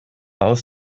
aus